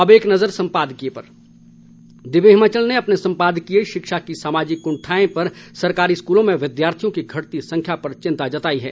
अब एक नजर संपादकीय पर दिव्य हिमाचल ने अपने संपादकीय शिक्षा की सामाजिक कुंठाएं में सरकारी स्कूलों में विद्यार्थियों की घटती संख्या पर चिंता जताई है